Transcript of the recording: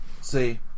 See